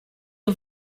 you